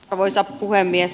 arvoisa puhemies